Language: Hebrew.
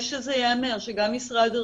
אני מניח שזה יימשך גם בעתיד.